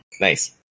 Nice